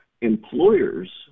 Employers